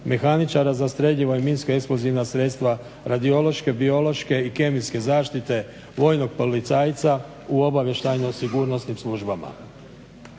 mehaničara za streljivo i minsko eksplozivna sredstva, radiološke, biološke i kemijske zaštite vojnog policajca u obavještajno-sigurnosnim službama.